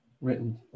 written